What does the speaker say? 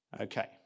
Okay